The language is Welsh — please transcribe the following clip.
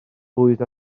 bwyd